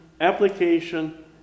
application